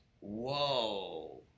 Whoa